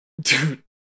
dude